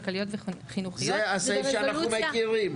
כלכליות וחינוכיות --- זה הסעיף שאנחנו מכירים.